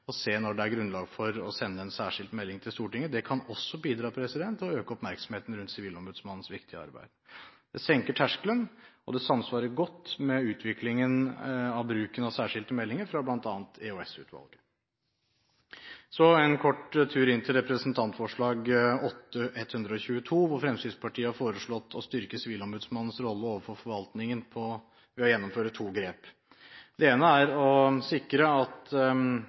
å se når det er grunnlag for å sende en særskilt melding til Stortinget. Det kan også bidra til å øke oppmerksomheten rundt Sivilombudsmannens viktige arbeid. Det senker terskelen, og det samsvarer godt med utviklingen av bruken av særskilte meldinger fra bl.a. EOS-utvalget. Så en kort tur innom Dokument 8:122 S, et representantforslag hvor Fremskrittspartiet har foreslått å styrke Sivilombudsmannens rolle overfor forvaltningen ved å gjennomføre to grep. Det ene er å sikre at